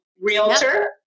realtor